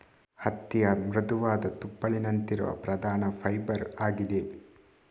ಹತ್ತಿಯ ಮೃದುವಾದ ತುಪ್ಪಳಿನಂತಿರುವ ಪ್ರಧಾನ ಫೈಬರ್ ಆಗಿದೆ